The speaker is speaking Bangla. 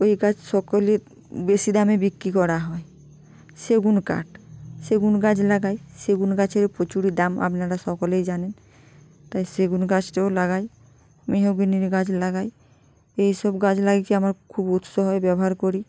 ওই গাছ সকলের বেশি দামে বিক্রি করা হয় সেগুন কাঠ সেগুন গাছ লাগাই সেগুন গাছের প্রচুরই দাম আপনারা সকলেই জানেন তাই সেগুন গাছটাও লাগাই মেহগনির গাছ লাগাই এই সব গাছ লাগাতে আমার খুব উৎস হয়ে ব্যবহার করি